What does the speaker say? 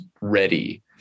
ready